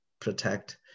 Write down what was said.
protect